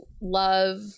love